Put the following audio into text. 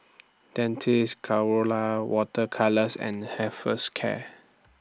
Dentiste Colora Water Colours and